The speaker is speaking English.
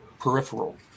peripheral